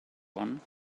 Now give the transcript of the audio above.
one